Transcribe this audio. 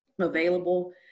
available